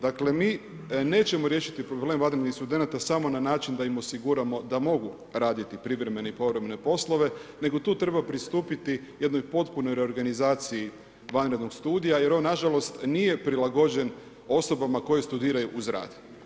Dakle mi nećemo riješiti problem vanrednih studenata samo na način da im osiguramo da mogu raditi privremene i povremene poslove nego tu treba pristupiti jednoj potpunoj reorganizaciji vanrednog studija jer on nažalost nije prilagođen osobama koje studiraju uz rad.